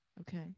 okay